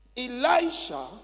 Elisha